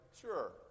Sure